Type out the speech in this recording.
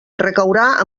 recaurà